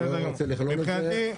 אתה לא רוצה לכבד את זה -- מבחינתי,